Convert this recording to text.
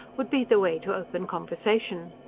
would be the way to open conversation.